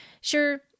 Sure